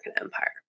empire